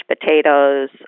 potatoes